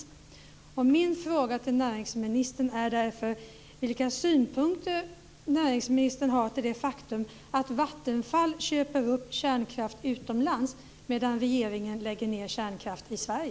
Min fråga till näringsministern är därför vilka synpunkter näringsminister har till det faktum att Vattenfall köper upp kärnkraft utomlands medan regeringen lägger ned kärnkraft i